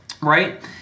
Right